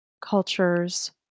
cultures